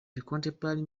contemporary